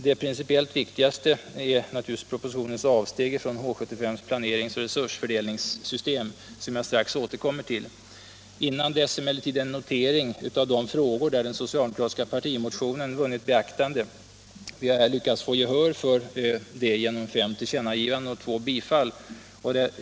Det principiellt viktigaste är naturligtvis propositionens avsteg från H 75:s planerings och resursfördelningssystem, som jag strax återkommer till. Innan dess emellertid en notering av de frågor där den socialdemokratiska partimotionen vunnit beaktande. Vi har här lyckats få gehör genom fem tillkännagivanden och två bifall.